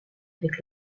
avec